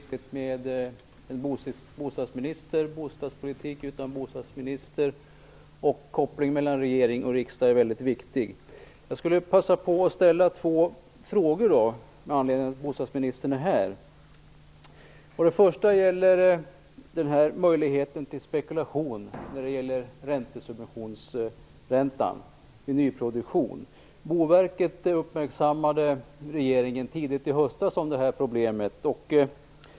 Herr talman! Med tanke på läget med en bostadspolitik utan bostadsminister vill jag säga att jag också tycker att en bostadsminister och kopplingen mellan regering och riksdag är viktig. Med anledning av att bostadsministern är här skulle jag vilja passa på att ställa två frågor. Den första gäller möjligheten till spekulation när det gäller räntesubventionsräntan vid nyproduktion. Boverket gjorde tidigt i höstas regeringen uppmärksam på det här problemet.